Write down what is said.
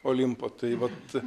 olimpo tai vat